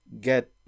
get